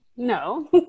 No